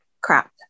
crap